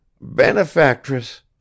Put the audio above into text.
Benefactress